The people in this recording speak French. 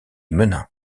menin